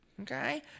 Okay